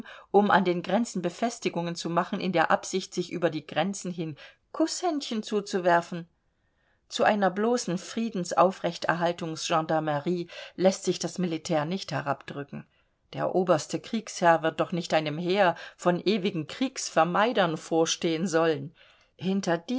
um an den grenzen befestigungen zu machen in der absicht sich über die grenzen hin kußhändchen zuzuwerfen zu einer bloßen friedens aufrechterhaltungs gendarmerie läßt sich das militär nicht herabdrücken der oberste kriegsherr wird doch nicht einem heer von ewigen kriegsvermeidern vorstehen sollen hinter